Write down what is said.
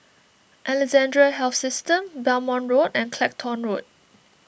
Alexandra Health System Belmont Road and Clacton Road